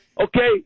Okay